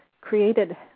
created